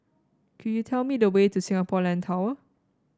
could you tell me the way to Singapore Land Tower